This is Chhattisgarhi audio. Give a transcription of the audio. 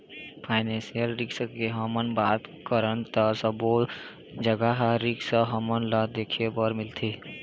फायनेसियल रिस्क के हमन बात करन ता सब्बो जघा ए रिस्क हमन ल देखे बर मिलथे